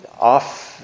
off